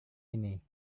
ini